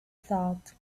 thought